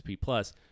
plus